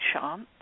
chance